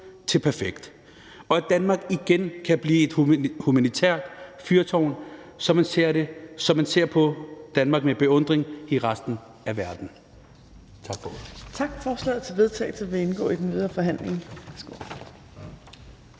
til perfekt og Danmark igen kan blive et humanitært fyrtårn, som man ser på med beundring i resten af verden.«